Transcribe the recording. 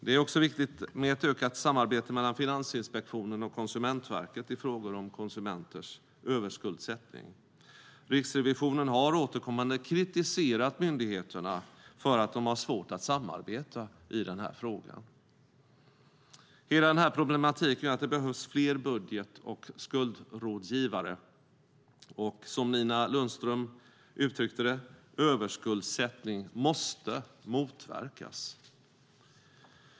Det är också viktigt med ett ökat samarbete mellan Finansinspektionen och Konsumentverket i frågor om konsumenters överskuldsättning. Riksrevisionen har återkommande kritiserat myndigheterna för att de har svårt att samarbeta i den här frågan. Hela den här problematiken gör att det behövs fler budget och skuldrådgivare, och som Nina Lundström uttryckte det: Överskuldsättning måste motverkas.